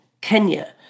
Kenya